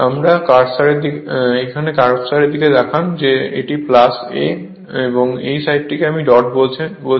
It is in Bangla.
আমার কার্সারের দিকে তাকান দেখুন এই দিকে a এই সাইডকে আপনি ডট বলছেন